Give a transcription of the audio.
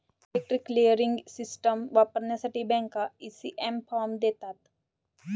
electronic clearing system वापरण्यासाठी bank, ECS form देतात